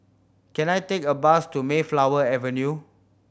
can I take a bus to Mayflower Avenue